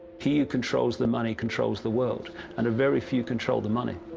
he who controls the money, controls the world and very few control the money.